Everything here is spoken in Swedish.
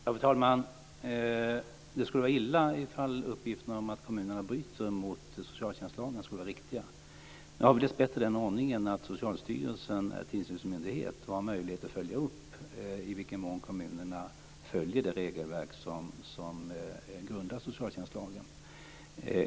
Fru talman! Det skulle vara illa om uppgifterna att kommunerna bryter mot socialtjänstlagen skulle vara riktiga. Nu har vi dessbättre den ordningen att Socialstyrelsen är tillsynsmyndighet och har möjlighet att följa upp i vilken mån kommunerna följer det regelverk som grundar socialtjänstlagen.